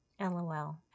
LOL